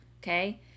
Okay